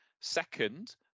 Second